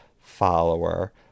follower